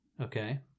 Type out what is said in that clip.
okay